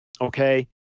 Okay